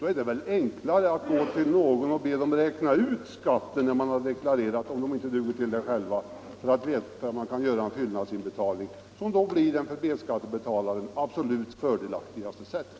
Då är det väl enklare att be någon räkna ut skatten när man har deklarerat, om man inte duger till det själv, så att man får veta om man bör göra en fyllnadsinbetalning, vilket blir för den B-skattebetalaren absolut fördelaktigaste metoden.